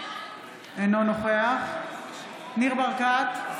אינו נוכח ניר ברקת,